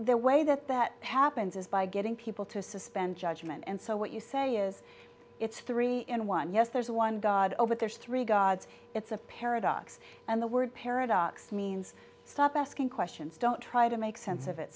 the way that that happens is by getting people to suspend judgment and so what you say is it's three in one yes there's one god over there's three gods it's a paradox and the word paradox means stop asking questions don't try to make sense of it